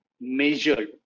Measured